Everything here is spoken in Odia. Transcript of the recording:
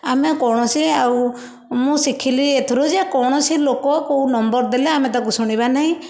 ଆମେ କୌଣସି ଆଉ ମୁଁ ଶିଖିଲି ଏଥିରୁ ଯେ କୌଣସି ଲୋକ କେଉଁ ନମ୍ବର ଦେଲେ ଆମେ ତାକୁ ଶୁଣିବା ନାହିଁ